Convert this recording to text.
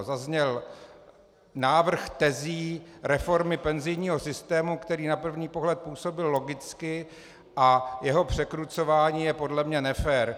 Zazněl návrh tezí reformy penzijního systému, který na první pohled působil logicky, a jeho překrucování je podle mě nefér.